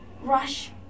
Rush